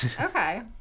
Okay